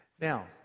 Now